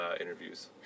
interviews